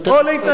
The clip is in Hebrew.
אני מכיר